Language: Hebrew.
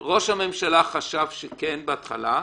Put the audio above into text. פה ראש הממשלה חשב שכן בהתחלה,